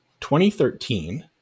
2013